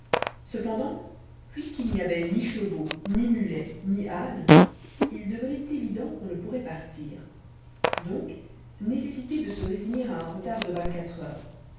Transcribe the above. cependant puisqu'il n'y avait ni chevaux ni mulets ni ânes il devenait évident qu'on ne pourrait partir donc nécessité de se résigner à un retard de vingt-quatre heures